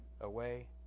away